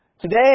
Today